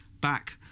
back